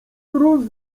mróz